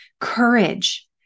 courage